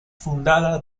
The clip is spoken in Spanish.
fundada